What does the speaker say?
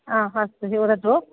हा हस्तु वदतु